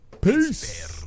Peace